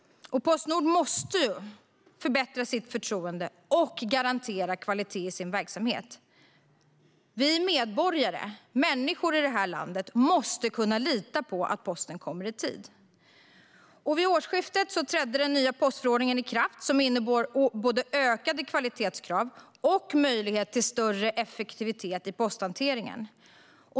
Postnord måste förbättra sitt förtroende och garantera kvalitet i sin verksamhet. Vi medborgare i det här landet måste kunna lita på att posten kommer i tid. Vid årsskiftet trädde den nya postförordning i kraft som innebär både ökade kvalitetskrav och möjlighet till större effektivitet i posthanteringen.